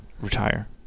retire